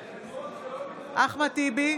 נגד אחמד טיבי,